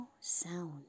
sound